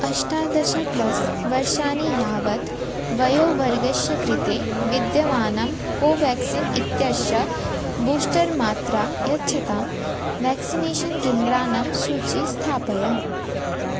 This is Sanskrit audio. अष्टादश प्लस् वर्षाणि यावत् वयोवर्गस्य कृते विद्यमानं कोवेक्सिन् इत्यस्य बूस्टर् मात्रा यच्छतां व्याक्सिनेषन् केन्द्राणां सूचीं स्थापय